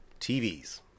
TVs